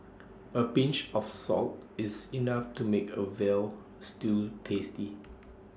A pinch of salt is enough to make A Veal Stew tasty